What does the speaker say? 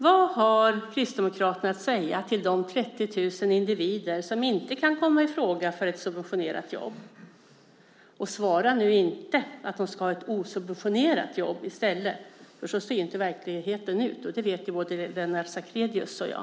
Vad har Kristdemokraterna att säga till de 30 000 individer som inte kan komma i fråga för ett subventionerat jobb? Svara nu inte att de ska ha ett osubventionerat jobb i stället. Så ser ju inte verkligheten ut. Det vet både Lennart Sacrédeus och jag.